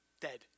dead